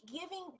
giving